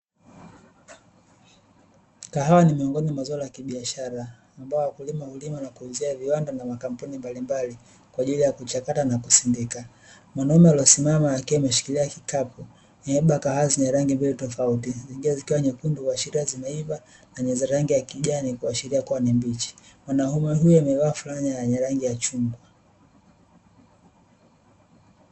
Kahawa ni miongoni mwa zao la kibiashara, ambao wakulima hulima na kuuzia viwanda na makampuni mbalimbali kwa ajili ya kuchakata na kusindika. Mwanaume aliyosimama akiwa ameshikilia kikapu kimebeba kahawa zenye rangi mbili tofauti zingine zikiwa nyekundu, kuashiria zimeivaa na zenye rangi ya kijani kuashiria kuwa ni mbichi. Mwanaume huyo amevaa fulana yenye rangi ya chungwa.